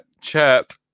chirp